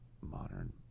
modern